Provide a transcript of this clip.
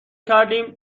کردیم